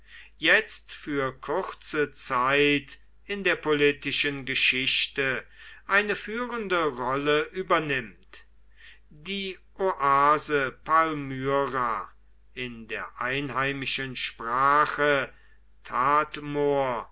jetzt für kurze zeit in der politischen geschichte eine führende rolle übernimmt die oase palmyra in der einheimischen sprache